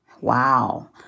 Wow